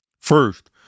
First